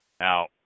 Now